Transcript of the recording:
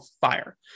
fire